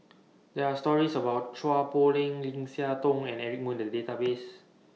There Are stories about Chua Poh Leng Lim Siah Tong and Eric Moo in The Database